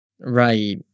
Right